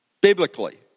biblically